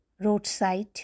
roadside